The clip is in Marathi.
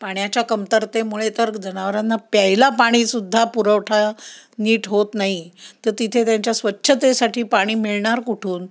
पाण्याच्या कमतरतेमुळे तर जनावरांना प्यायला पाणीसुद्धा पुरवठा नीट होत नाही तर तिथे त्यांच्या स्वच्छतेसाठी पाणी मिळणार कुठून